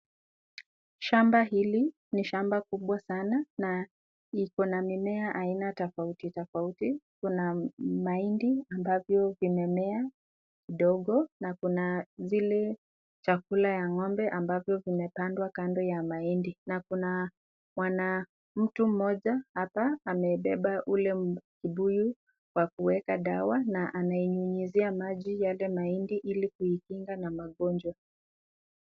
Shamba hili ni shamba kubwa sana na iko mimea aina tofauti tofauti. Kuna mahindi ambazo zimemea kidogo na kuna zile chakula ya ng'ombe ambavyo vimepandwa kando ya mahindi, na kuna mtu mmoja amebeba ule mbuyu wa kubeba dawa na anainyunyizia maji ile mahindi ili kuizuia na magonjwa.